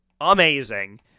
amazing